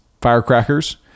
firecrackers